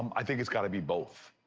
i think it's got to be both,